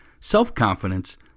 self-confidence